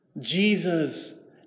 Jesus